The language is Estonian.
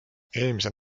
eelmisel